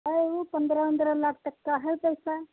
अरे उ पंद्रह उन्द्रह लाख तक का है पैसा